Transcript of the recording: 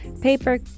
paper